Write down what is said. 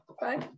bye